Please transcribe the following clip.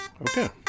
Okay